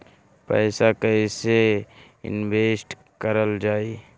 पैसा कईसे इनवेस्ट करल जाई?